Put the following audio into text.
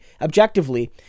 objectively